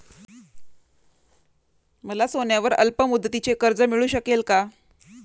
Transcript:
मला सोन्यावर अल्पमुदतीचे कर्ज मिळू शकेल का?